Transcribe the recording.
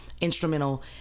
instrumental